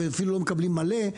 אפילו לא מקבלים מלא,